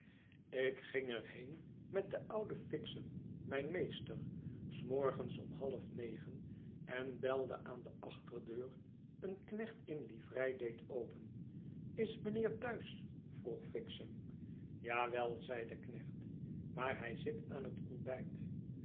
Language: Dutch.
ik ging er heen met den ouden fixem mijn meester s morgens om half negen en belde aan de achterdeur een knecht in livrei deed open is meneer t'huis vroeg fixem ja wel zeide knecht maar hij zit aan het ontbijt